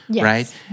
right